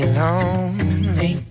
lonely